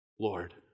Lord